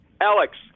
Alex